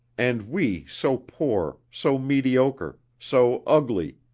and we so poor, so mediocre, so ugly.